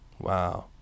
Wow